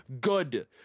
good